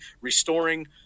restoring